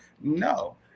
No